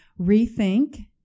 rethink